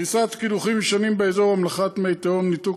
קריסת קידוחים ישנים באזור, המלחת מי התהום, ניתוק